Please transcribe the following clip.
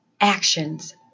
actions